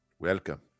Welcome